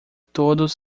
todos